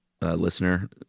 listener